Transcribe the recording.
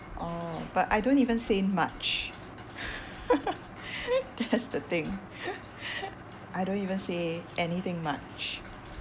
oh but I don't even say much that's the thing I don't even say anything much